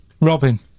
Robin